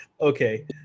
okay